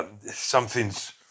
Something's